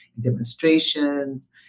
demonstrations